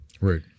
right